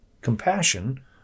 Compassion